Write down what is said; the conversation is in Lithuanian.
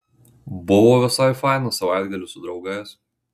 buvo visai fainas savaitgalis su draugais